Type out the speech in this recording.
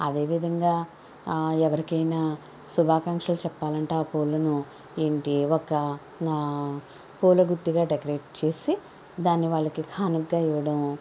అదేవిధంగా ఎవరికైనా శుభాకాంక్షలు చెప్పాలంటే ఆ పూలను ఏంటి ఒక పూలగుత్తిగా డెకరేట్ చేసి దాన్ని వాళ్ళకి కానుకగా ఇవ్వడమూ